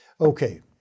Okay